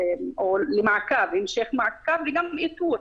או המשך מעקב וגם איתור.